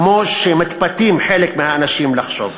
כמו שמתפתים חלק מהאנשים לחשוב.